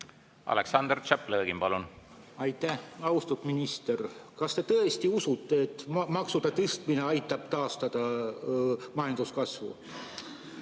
Aleksandr Tšaplõgin, palun! Aitäh! Austatud minister! Kas te tõesti usute, et maksude tõstmine aitab taastada majanduskasvu?